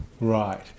Right